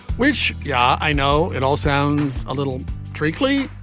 which yeah, i know it all sounds a little treacly,